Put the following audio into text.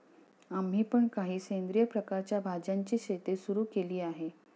आम्ही पण काही सेंद्रिय प्रकारच्या भाज्यांची शेती सुरू केली आहे